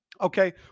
Okay